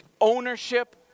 ownership